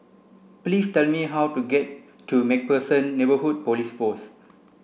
please tell me how to get to MacPherson Neighbourhood Police Post